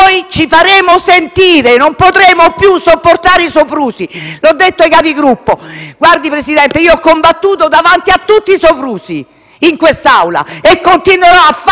noi ci faremo sentire e non potremo più sopportare soprusi. L'ho detto ai Capigruppo. Presidente, io ho combattuto davanti a tutti i soprusi compiuti in quest'Aula e continuerò a farlo,